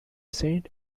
saint